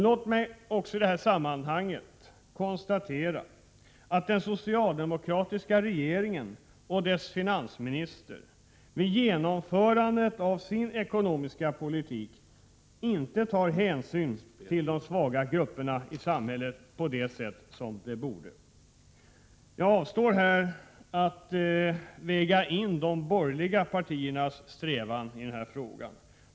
Låt mig också i detta sammanhang konstatera att den socialdemokratiska regeringen, och dess finansminister, vid genomförandet av sin ekonomiska politik inte tar hänsyn till de svaga grupperna i samhället på det sätt som man borde. Jag avstår här från att väga in de borgerliga partiernas strävan i denna fråga.